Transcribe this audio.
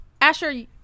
Asher